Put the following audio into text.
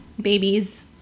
babies